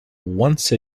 once